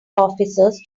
officers